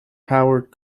powered